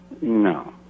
no